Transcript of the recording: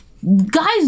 guys